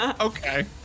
Okay